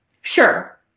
Sure